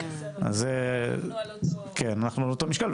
אנחנו על אותו משקל,